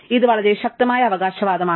ഇത് വളരെ ശക്തമായ അവകാശവാദമാണ്